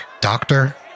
doctor